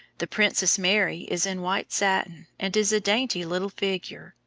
the princess mary is in white satin, and is a dainty little figure,